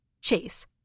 Chase